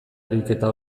ariketa